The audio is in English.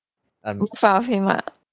book far of him lah